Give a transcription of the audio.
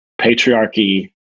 patriarchy